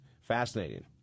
Fascinating